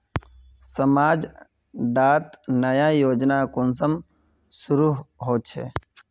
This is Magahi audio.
समाज डात नया योजना कुंसम शुरू होछै?